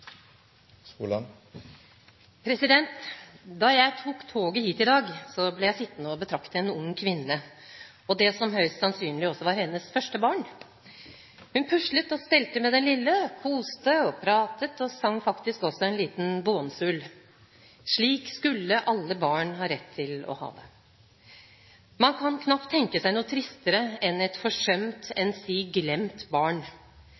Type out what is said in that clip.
Da jeg tok toget hit i dag, ble jeg sittende og betrakte en ung kvinne og det som høyst sannsynlig var hennes første barn. Hun puslet og stelte med den lille, koste, pratet og sang faktisk også en liten bånsull. Slik skulle alle barn ha rett til å ha det. Man kan knapt tenke seg noe tristere enn et forsømt – enn si – glemt barn.